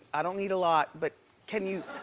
i don't need a lot but can you.